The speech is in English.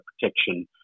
protection